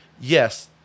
yes